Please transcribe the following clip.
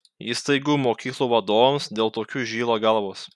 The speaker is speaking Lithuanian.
įstaigų mokyklų vadovams dėl tokių žyla galvos